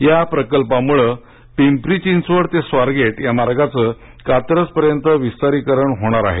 या प्रकल्पामुळे पिंपरी चिंचवड ते स्वारगेट या मार्गाचे कात्रजपर्यंत विस्तारीकरण होणार आहे